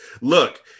Look